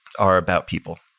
are about people.